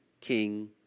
king